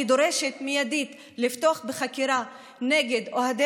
אני דורשת מיידית לפתוח בחקירה נגד אוהדי